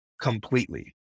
completely